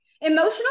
Emotional